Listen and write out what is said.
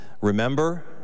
Remember